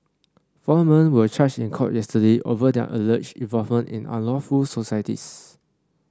four men were charged in court yesterday over their alleged involvement in unlawful societies